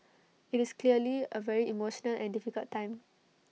IT is clearly A very emotional and difficult time